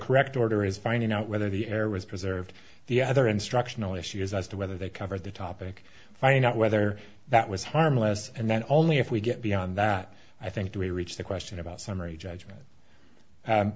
correct order is finding out whether the error was preserved the other instructional issues as to whether they covered the topic find out whether that was harmless and then only if we get beyond that i think we reached the question about summary judgment